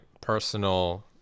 personal